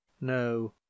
no